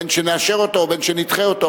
בין שנאשר אותו ובין שנדחה אותו,